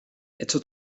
esto